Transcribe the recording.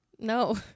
No